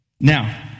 Now